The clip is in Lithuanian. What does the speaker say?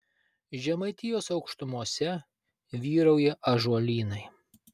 žemaitijos aukštumose vyrauja ąžuolynai